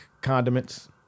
condiments